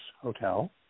Hotel